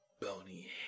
bony